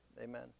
Amen